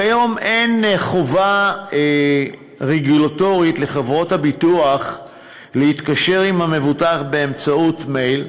כיום אין חובה רגולטורית לחברות הביטוח להתקשר עם המבוטח באמצעות מייל,